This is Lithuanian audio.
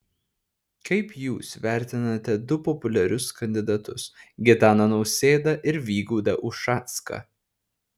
kaip jūs vertinate du populiarius kandidatus gitaną nausėdą ir vygaudą ušacką